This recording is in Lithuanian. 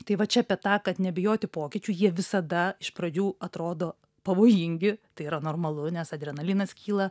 tai va čia apie tą kad nebijoti pokyčių jie visada iš pradžių atrodo pavojingi tai yra normalu nes adrenalinas kyla